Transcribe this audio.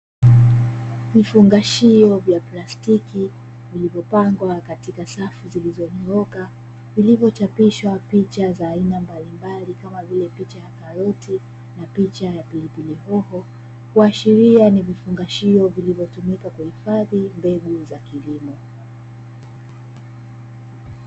Vifungashio vya plastiki, vilivyopangwa katika safu zilizonyooka, vilivyochapishwa picha za aina mbalimbali kama vile; picha ya karoti, na picha ya pilipilihoho kuashiria ni vifungashio vilivyotumika kuhifadhi mbegu za kilimo.